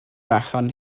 allan